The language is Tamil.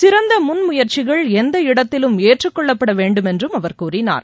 சிறந்த முன்முயற்சிகள் எந்த இடத்திலும் ஏற்றுக்கொள்ளப்பட வேண்டும் என்றும் அவர் கூறினார்